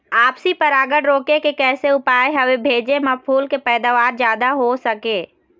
आपसी परागण रोके के कैसे उपाय हवे भेजे मा फूल के पैदावार जादा हों सके?